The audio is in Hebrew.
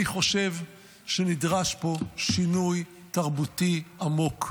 אני חושב שנדרש פה שינוי תרבותי עמוק.